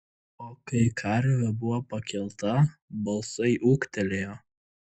o kai karvė buvo pakelta balsai ūktelėjo